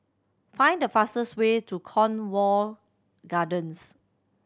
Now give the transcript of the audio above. find the fastest way to Cornwall Gardens